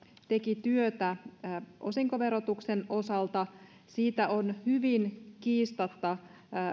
teki työtä osinkoverotuksen osalta siitä on hyvin kiistatta